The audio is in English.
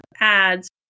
ads